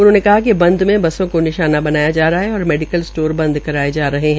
उन्होंने कहा कि बद में बसों का निशाना बनाया जा रहा है और मेडिकल स्टोर बंदा कराये जा रहे है